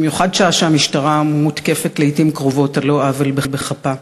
במיוחד כשהמשטרה מותקפת לעתים קרובות על לא עוול בכפה.